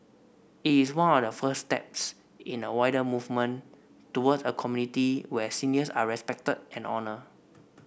it is one of the first steps in a wider movement towards a community where seniors are respected and honoured